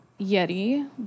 Yeti